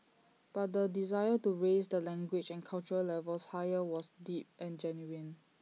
but the desire to raise the language and cultural levels higher was deep and genuine